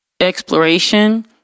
exploration